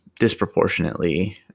disproportionately